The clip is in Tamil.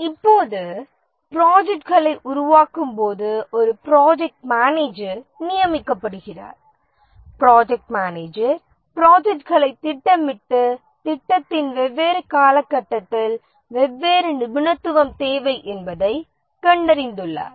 இப்போது ப்ராஜெக்ட்களை உருவாக்கும்போது ஒரு ப்ராஜெக்ட் மேனேஜர் நியமிக்கப்படுகிறார் ப்ராஜெக்ட் மேனேஜர்ப்ராஜெக்ட்களை திட்டமிட்டு திட்டத்தின் வெவ்வேறு காலகட்டத்தில் வெவ்வேறு நிபுணத்துவம் தேவை என்பதைக் கண்டறிந்துள்ளார்